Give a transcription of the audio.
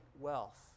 wealth